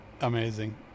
amazing